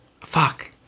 Fuck